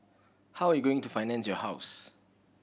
how are you going to finance your house